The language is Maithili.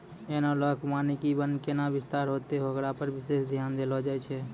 एनालाँक वानिकी वन कैना विस्तार होतै होकरा पर विशेष ध्यान देलो जाय छै